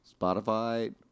Spotify